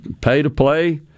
pay-to-play